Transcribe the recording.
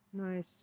Nice